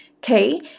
Okay